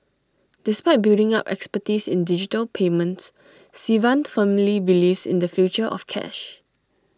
despite building up expertise in digital payments Sivan firmly believes in the future of cash